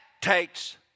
takes